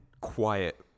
quiet